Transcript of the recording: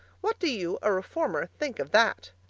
what do you, a reformer, think of that?